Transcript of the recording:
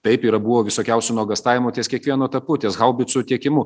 taip yra buvo visokiausių nuogąstavimų ties kiekvienu etapu ties haubicų tiekimu